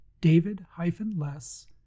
david-less